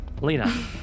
Lena